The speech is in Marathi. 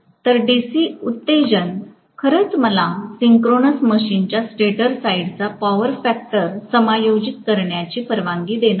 तर डीसी उत्तेजन खरंच मला सिंक्रोनस मशीनच्या स्टेटर साइडचा पॉवर फॅक्टर समायोजित करण्याची परवानगी देणार आहे